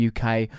UK